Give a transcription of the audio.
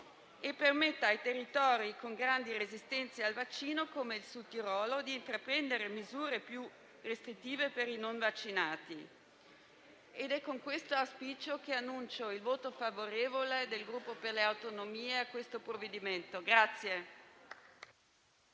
e permetta ai territori con grandi resistenze al vaccino, come l'Alto Adige, di intraprendere misure più restrittive per i non vaccinati. È con questo auspicio che annuncio il voto favorevole del Gruppo per le Autonomie al provvedimento